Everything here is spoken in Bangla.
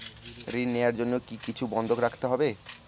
ঋণ নেওয়ার জন্য কি কিছু বন্ধক রাখতে হবে?